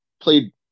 Played